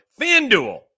FanDuel